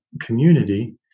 community